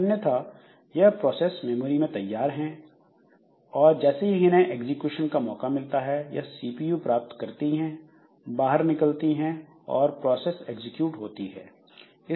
अन्यथा यह process memory में तैयार हैं और जैसे ही इनहैं एग्जीक्यूशन का मौका मिलता है यह सीपीयू प्राप्त करती हैं बाहर निकलती हैं और प्रोसेस एग्जीक्यूट होती है